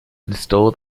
install